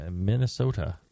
Minnesota